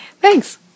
thanks